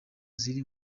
ziri